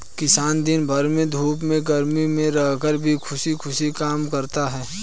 किसान दिन भर धूप में गर्मी में रहकर भी खुशी खुशी काम करता है